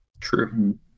True